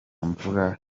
mvura